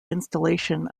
installation